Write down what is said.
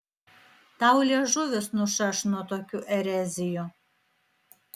tau liežuvis nušaš nuo tokių erezijų